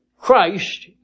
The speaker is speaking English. Christ